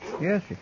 Yes